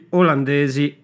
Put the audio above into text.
olandesi